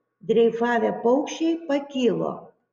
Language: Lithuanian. dreifavę paukščiai pakilo